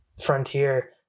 frontier